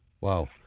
wow